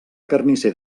carnisser